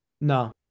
No